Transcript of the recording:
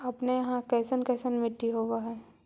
अपने यहाँ कैसन कैसन मिट्टी होब है?